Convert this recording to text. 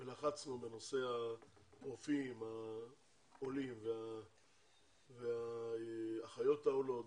ולחצנו בנושא הרופאים העולים והאחיות העולות,